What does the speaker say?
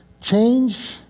Change